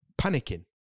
panicking